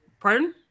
pardon